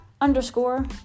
underscore